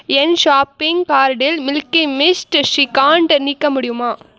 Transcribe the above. என் shopping கார்ட்டில் milky mist shrikhand நீக்க முடியுமா